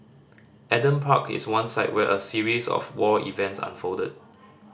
Adam Park is one site where a series of war events unfolded